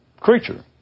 Creature